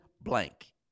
blank